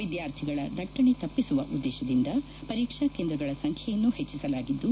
ವಿದ್ಯಾರ್ಥಿಗಳ ದಟ್ಟಣೆ ತಪ್ಪಿಸುವ ಉದ್ದೇಶದಿಂದ ಪರೀಕ್ಸಾ ಕೇಂದ್ರಗಳ ಸಂಖ್ಯೆಯನ್ನು ಹೆಚ್ಚಿಸಲಾಗಿದ್ದು